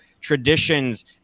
traditions